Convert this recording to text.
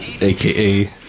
aka